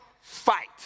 fight